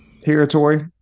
territory